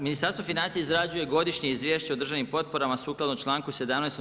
Ministarstvo financija izrađuje Godišnje izvješće o državnim potporama sukladno članku 17.